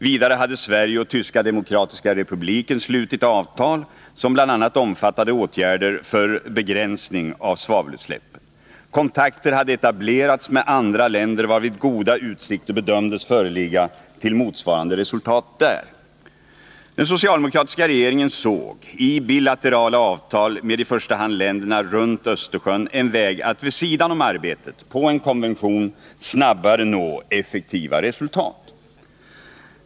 Vidare hade Sverige och Tyska demokratiska republiken slutit avtal som bl.a. omfattade åtgärder för begränsning av svavelutsläppen. Kontakter hade etablerats med andra länder, varvid goda utsikter bedömdes föreligga till motsvarande resultat där. Den socialdemokratiska regeringen såg i bilaterala avtal med i första hand länderna runt Österjön en väg att vid sidan om arbetet på en konvention snabbare nå effektiva resultat.